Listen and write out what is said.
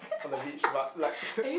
on the beach rock like